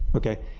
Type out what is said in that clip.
okay.